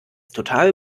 total